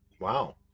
Wow